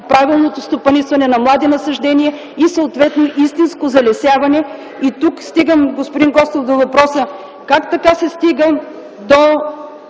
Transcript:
правилното стопанисване на млади насаждения и съответно истинско залесяване. Тук стигам, господин Костов, до въпроса: как така се стига до